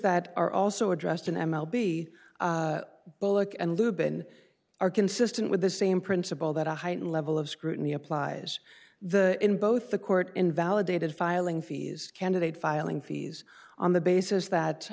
that are also addressed in m l b bullock and lubin are consistent with the same principle that a heightened level of scrutiny applies the in both the court invalidated filing fees candidate filing fees on the basis that